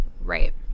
Right